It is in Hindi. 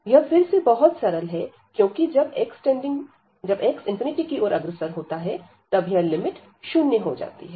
यह फिर से बहुत सरल है क्योंकि जब x→∞ की ओर अग्रसर होता है तब यह लिमिट शून्य हो जाती है